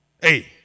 hey